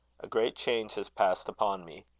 a great change has passed upon me.